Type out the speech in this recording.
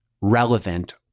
relevant